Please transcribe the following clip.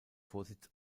vorsitz